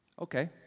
Okay